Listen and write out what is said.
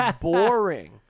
boring